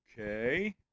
Okay